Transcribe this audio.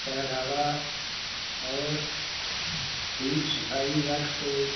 ਪਹਿਰਾਵਾ ਔਰ ਠੀਕ ਸਫ਼ਾਈ ਰੱਖ ਕੇ